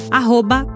arroba